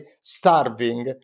starving